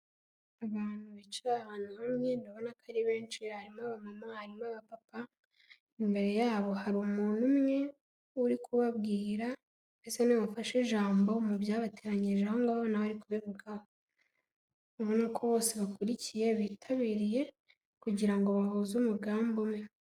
Abantu bicaye ahantu hamwe, ndabona ko ari benshi harimo abamama, harimo abapapa, imbere yabo hari umuntu umwe uri kubabwira, usa nimufashe ijambo mu byabateranyirije aho ngaho nawe ari kubivugaho, ubona ko bose bitabiriye kugira ngo bahuze umugambi we.